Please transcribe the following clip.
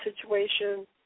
situation